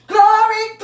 Glory